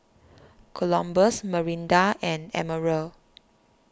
Columbus Marinda and Emerald